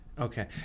okay